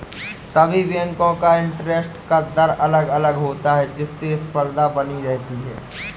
सभी बेंको का इंटरेस्ट का दर अलग अलग होता है जिससे स्पर्धा बनी रहती है